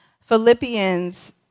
Philippians